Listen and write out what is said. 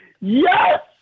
Yes